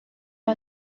los